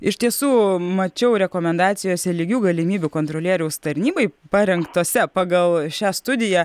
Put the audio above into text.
iš tiesų mačiau rekomendacijose lygių galimybių kontrolieriaus tarnybai parengtose pagal šią studiją